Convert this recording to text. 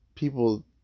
people